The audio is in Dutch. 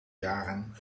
jaren